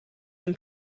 than